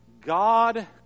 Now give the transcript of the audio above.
God